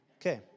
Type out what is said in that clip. Okay